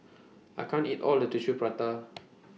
I can't eat All of This Tissue Prata